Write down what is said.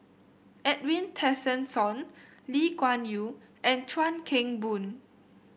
Edwin Tessensohn Lee Kuan Yew and Chuan Keng Boon